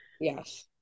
Yes